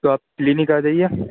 تو آپ کلینک آ جائیے